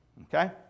Okay